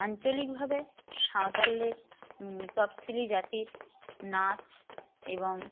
আঞ্চলিক ভাবে সাঁওতালের তফসিলি জাতির নাচ এবং